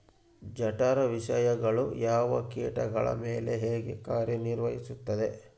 ಜಠರ ವಿಷಯಗಳು ಯಾವ ಕೇಟಗಳ ಮೇಲೆ ಹೇಗೆ ಕಾರ್ಯ ನಿರ್ವಹಿಸುತ್ತದೆ?